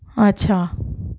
اچھا